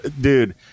dude